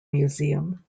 museum